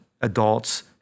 adults